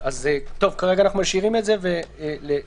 כרגע אנחנו משאירים את זה לחשיבה.